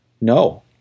No